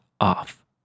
off